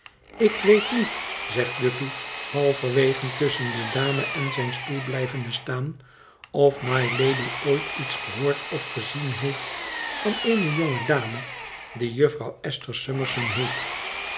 ik weet niet zegt guppy halverwege tusschen de dame en zijn stoel blijvende staan of mylady ooit iets gehoord of gezien heeft van eene jonge dame die jufvrouw esth er summerson heet